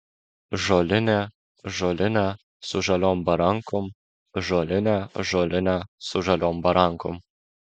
žolinė žolinė su žaliom barankom žolinė žolinė su žaliom barankom